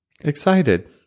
Excited